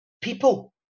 people